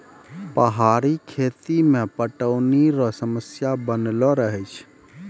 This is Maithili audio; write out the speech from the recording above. पहाड़ी खेती मे पटौनी रो समस्या बनलो रहै छै